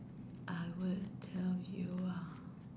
I would tell you ah